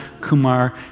Kumar